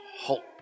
hope